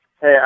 Hey